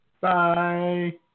Bye